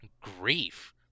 grief